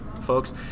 folks